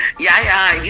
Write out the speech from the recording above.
yeah.